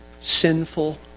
sinful